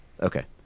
Okay